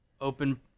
open